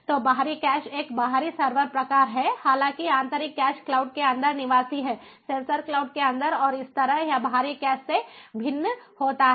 तो बाहरी कैश एक बाहरी सर्वर प्रकार है हालांकि आंतरिक कैश क्लाउड के अंदर निवासी है सेंसर क्लाउड के अंदर और इस तरह यह बाहरी कैश से भिन्न होता है